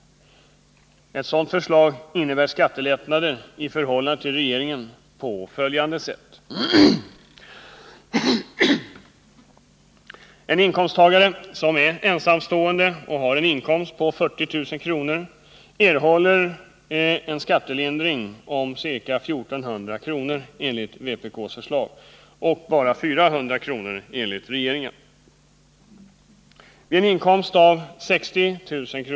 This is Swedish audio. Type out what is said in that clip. Ett sådant förslag innebär skattelättnader i förhållande till regeringens förslag enligt följande: En inkomsttagare som är ensamstående och har en inkomst på 40 000 kr. erhåller skattelindring om ca 1400 kr. enligt vpk men bara 400 kr. enligt regeringen. Vid en inkomst av 60 000 kr.